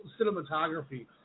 cinematography